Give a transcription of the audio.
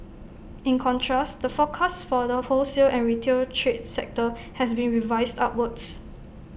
in contrast the forecast for the wholesale and retail trade sector has been revised upwards